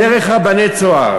וזה פתיחת הצוהר דרך רבני "צהר".